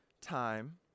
time